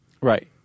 Right